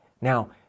Now